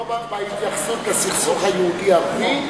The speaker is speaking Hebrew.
לא בהתייחסות לסכסוך היהודי-ערבי,